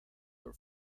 for